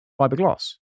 fiberglass